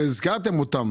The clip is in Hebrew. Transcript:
והזכרתם אותן